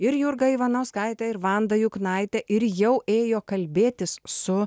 ir jurga ivanauskaitė ir vanda juknaitė ir jau ėjo kalbėtis su